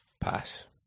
pass